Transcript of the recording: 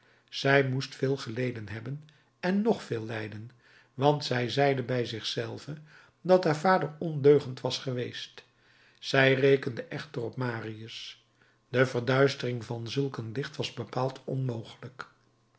zij moest veel geleden hebben en nog veel lijden want zij zeide bij zich zelve dat haar vader ondeugend was geweest zij rekende echter op marius de verduistering van zulk een licht was bepaald onmogelijk